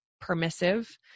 permissive